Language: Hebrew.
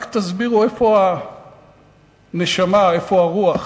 רק תסבירו איפה הנשמה, איפה הרוח?